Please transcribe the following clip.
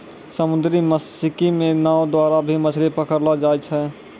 समुन्द्री मत्स्यिकी मे नाँव द्वारा भी मछली पकड़लो जाय छै